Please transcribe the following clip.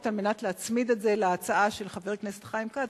על מנת להצמיד את זה להצעה של חבר כנסת חיים כץ,